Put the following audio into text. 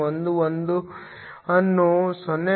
011 ಅನ್ನು 0